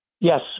Yes